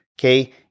okay